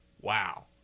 Wow